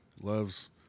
Loves